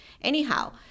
Anyhow